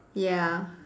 ya